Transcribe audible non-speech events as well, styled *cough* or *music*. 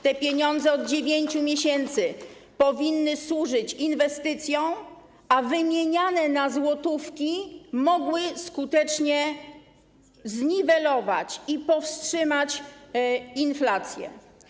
Te pieniądze od 9 miesięcy powinny służyć inwestycjom, *applause* a wymieniane na złotówki mogłyby skutecznie zniwelować i powstrzymać inflację.